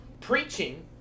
Preaching